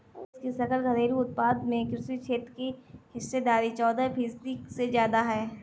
देश की सकल घरेलू उत्पाद में कृषि क्षेत्र की हिस्सेदारी चौदह फीसदी से ज्यादा है